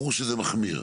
ברור שזה מחמיר.